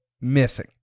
missing